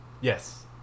Yes